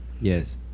yes